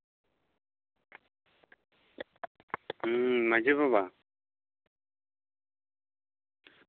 ᱦᱩᱸ ᱢᱟᱹᱡᱷᱤ ᱵᱟᱵᱟ